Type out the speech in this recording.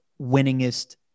winningest